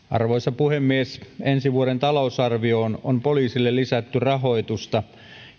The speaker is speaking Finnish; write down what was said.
arvoisa puhemies ensi vuoden talousarvioon on poliisille lisätty rahoitusta